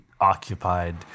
occupied